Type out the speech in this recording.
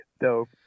Dope